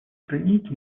искоренить